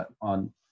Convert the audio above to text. on